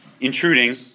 intruding